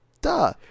duh